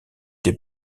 des